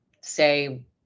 say